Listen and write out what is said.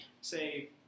say